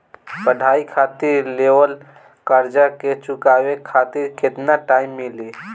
पढ़ाई खातिर लेवल कर्जा के चुकावे खातिर केतना टाइम मिली?